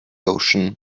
ocean